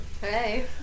Hey